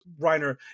Reiner